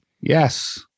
Yes